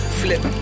flip